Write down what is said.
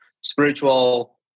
spiritual